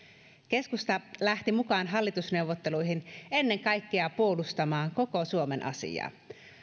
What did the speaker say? keskusta lähti mukaan hallitusneuvotteluihin ennen kaikkea puolustamaan koko suomen asiaa